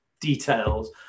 details